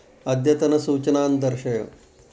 अद्यतनसूचनान् दर्शय